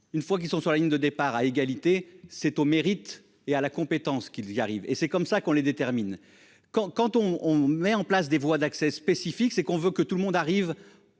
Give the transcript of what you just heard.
une fois qu'ils sont sur la ligne de départ à égalité, c'est au mérite et à la compétence qu'il y arrive et c'est comme ça qu'on les détermine quand quand on on met en place des voies d'accès spécifique, c'est qu'on veut que tout le monde arrive.